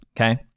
Okay